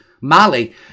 Mali